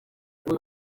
kuri